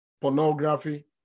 pornography